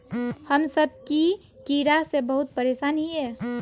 हम सब की कीड़ा से बहुत परेशान हिये?